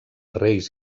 reis